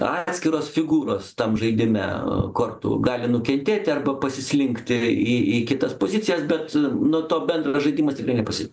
atskiros figūros tam žaidime kortų gali nukentėti arba pasislinkti į į kitas pozicijas bet nuo to bendras žaidimas tikrai nepasi